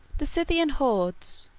the scythian hordes,